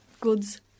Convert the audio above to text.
goods